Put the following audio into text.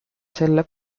selle